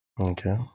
Okay